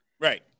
Right